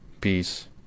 peace